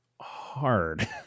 hard